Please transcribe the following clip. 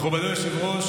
מכובדי היושב-ראש,